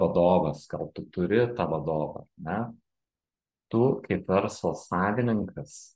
vadovas gal tu turi tą vadovą ar ne tu kaip verslo savininkas